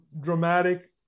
dramatic